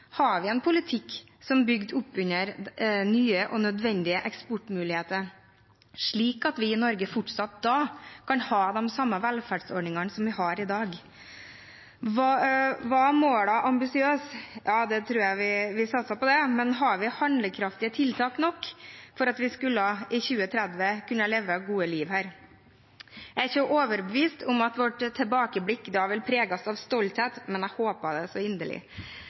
har de samme velferdsordningene som vi har i dag? Var målene ambisiøse? Ja, jeg tror vi satser på det, men har vi handlekraftige nok tiltak til at vi i 2030 skal kunne leve gode liv her? Jeg er ikke overbevist om at vårt tilbakeblikk da vil preges av stolthet, men jeg håper det så inderlig.